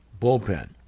bullpen